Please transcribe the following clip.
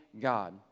God